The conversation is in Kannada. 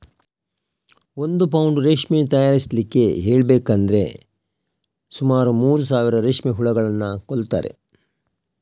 ಒಂದು ಪೌಂಡ್ ರೇಷ್ಮೆ ತಯಾರಿಸ್ಲಿಕ್ಕೆ ಹೇಳ್ಬೇಕಂದ್ರೆ ಸುಮಾರು ಮೂರು ಸಾವಿರ ರೇಷ್ಮೆ ಹುಳುಗಳನ್ನ ಕೊಲ್ತಾರೆ